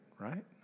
right